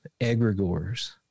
egregores